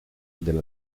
del